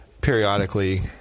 periodically